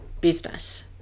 business